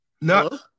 No